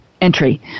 Entry